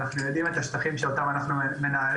אנחנו יודעים את השטחים שאותם אנחנו מנהלים.